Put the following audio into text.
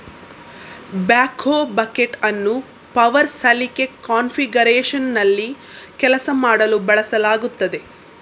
backhoe bucket ಅನ್ನು power ಸಲಿಕೆ ಕಾನ್ಫಿಗರೇಶನ್ನಲ್ಲಿ ಕೆಲಸ ಮಾಡಲು ಬಳಸಲಾಗುತ್ತದೆ